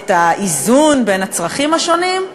את האיזון בין הצרכים השונים?